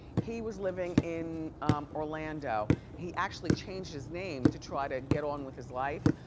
he was living in orlando. he actually changed his name to try to get on with his life,